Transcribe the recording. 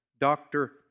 doctor